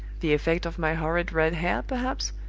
the effect of my horrid red hair, perhaps?